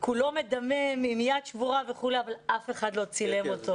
כולו מדמם עם יד שבורה וכו' אבל אף אחד לא צילם אותו.